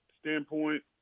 standpoint